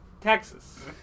Texas